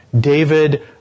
David